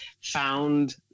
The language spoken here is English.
found